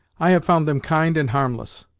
i have found them kind and harmless.